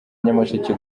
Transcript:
nyamasheke